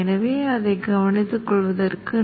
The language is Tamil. எனவே அதைப் பார்ப்போம்